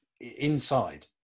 inside